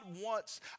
wants